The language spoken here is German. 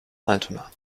altona